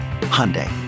Hyundai